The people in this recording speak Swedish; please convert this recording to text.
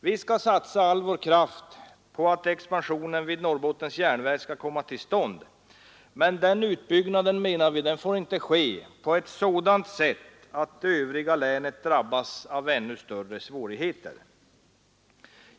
Vi skall satsa all vår kraft på att expansionen vid Norrbottens Järnverk skall komma till stånd, men denna utbyggnad får inte ske på ett sådant sätt att det övriga länet drabbas av än större svårigheter.